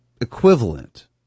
equivalent